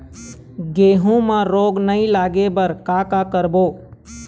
गेहूं म रोग नई लागे बर का का करबो?